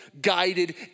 guided